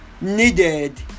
needed